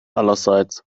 allerseits